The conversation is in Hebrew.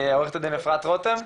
עוה"ד אפרת רותם.